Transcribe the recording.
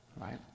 Right